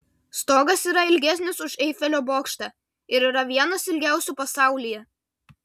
stogas yra ilgesnis už eifelio bokštą ir yra vienas ilgiausių pasaulyje